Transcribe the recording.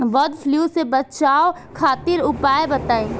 वड फ्लू से बचाव खातिर उपाय बताई?